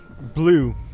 blue